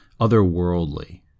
otherworldly